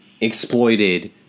exploited